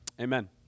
Amen